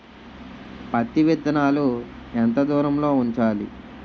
పత్తి విత్తనాలు ఎంత దూరంలో ఉంచాలి?